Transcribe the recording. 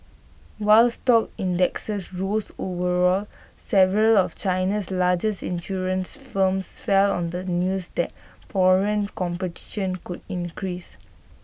while stock indexes rose overall several of China's largest insurance firms fell on the news that foreign competition could increase